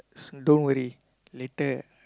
s~ don't worry later